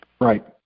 Right